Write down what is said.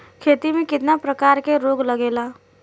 खेती में कितना प्रकार के रोग लगेला?